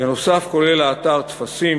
נוסף על כך האתר כולל טפסים,